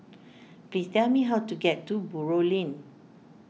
please tell me how to get to Buroh Lane